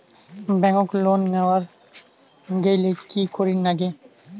Bank loan নেওয়ার গেইলে কি করীর নাগে?